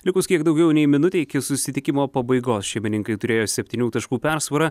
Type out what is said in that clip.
likus kiek daugiau nei minutei iki susitikimo pabaigos šeimininkai turėjo septynių taškų persvarą